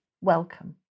welcome